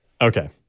Okay